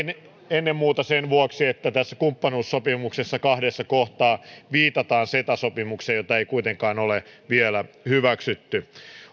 ennen muuta sen vuoksi että tässä kumppanuussopimuksessa kahdessa kohtaa viitataan ceta sopimukseen jota ei kuitenkaan ole vielä hyväksytty